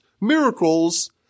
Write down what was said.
miracles